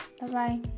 Bye-bye